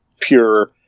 pure